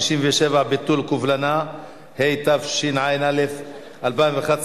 זה עניין אומנם אחר,